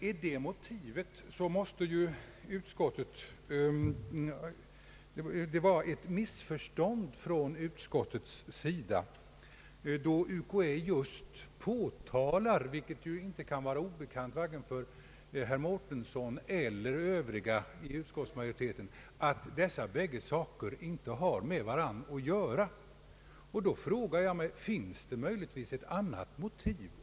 Är detta motivet, så måste det föreligga ett missförstånd från utskottets sida, då UKAÄ just påtalar — vilket inte kan vara obekant för vare sig herr Mårtensson eller övriga i utskottsmajoriteten — att dessa bägge saker inte har med varandra att göra. Finns det möjligtvis ett annat motiv?